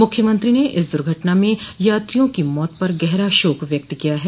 मुख्यमंत्री ने इस दुर्घटना में यात्रियों की मौत पर गहरा शोक व्यक्त किया है